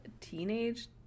teenage